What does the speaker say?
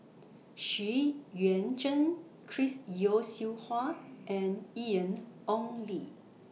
Xu Yuan Zhen Chris Yeo Siew Hua and Ian Ong Li